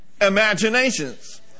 imaginations